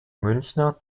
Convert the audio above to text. münchner